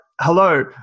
hello